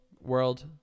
world